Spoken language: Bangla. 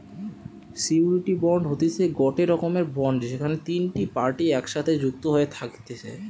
সিওরীটি বন্ড হতিছে গটে রকমের বন্ড যেখানে তিনটে পার্টি একসাথে যুক্ত হয়ে থাকতিছে